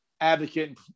advocate